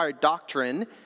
doctrine